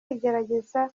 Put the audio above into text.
igerageza